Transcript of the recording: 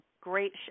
great